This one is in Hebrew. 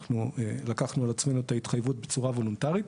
אנחנו לקחנו על עצמנו את ההתחייבות בצורה וולונטרית,